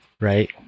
right